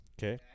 Okay